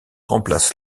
remplace